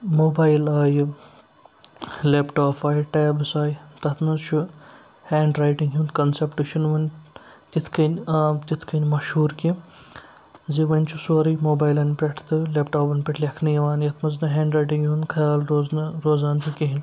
mobile آیہِ laptop آیہِ tabs آیہِ تَتھ منٛز چھُ ہینٛڈ رایٹِنٛگ ہُنٛد کَنسیپٹہٕ چھُنہٕ وۄنۍ تِتھ کٔنۍ عام تِتھ کٔنۍ مشہوٗر کیٚنٛہہ زِ وۄنۍ چھُ سورُے موبایِلَن پٮ۪ٹھ تہٕ لیپ ٹاپَن پٮ۪ٹھ لیٚکھنہٕ یِوان یَتھ منٛز نَہ ہینٛڈ رایٹِنٛگ ہُنٛد خیال روزنہٕ روزان چھُ کِہیٖنۍ